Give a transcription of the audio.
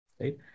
right